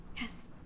Yes